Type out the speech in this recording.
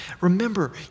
Remember